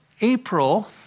April